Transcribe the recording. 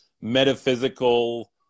metaphysical